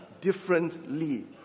differently